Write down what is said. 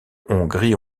hongrie